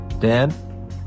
Dan